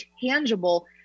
tangible